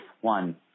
one